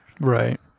Right